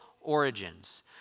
origins